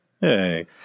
hey